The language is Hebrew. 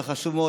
וחשוב מאוד,